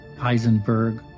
Heisenberg